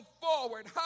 forward